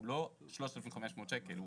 הוא לא 3,500 שקלים.